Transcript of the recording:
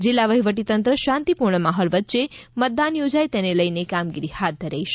જિલ્લા વહીવટી તંત્ર શાંતિ પૂર્ણ માહોલ વચ્ચે મતદાન યોજાય તેને લઈ ને કામગીરી હાથ ધરાય રહી છે